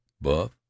buff